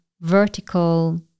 vertical